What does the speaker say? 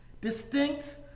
distinct